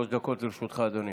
האוקטבות של השר לביטחון פנים